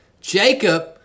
Jacob